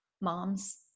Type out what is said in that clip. moms